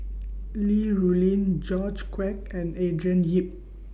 Li Rulin George Quek and Andrew Yip